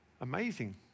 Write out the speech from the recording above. Amazing